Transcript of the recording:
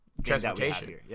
Transportation